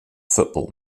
football